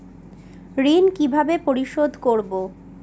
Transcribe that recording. ঋণ কিভাবে পরিশোধ করব?